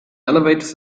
elevators